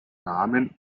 namen